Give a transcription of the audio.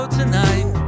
tonight